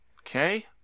Okay